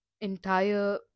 entire